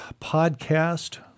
podcast